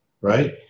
right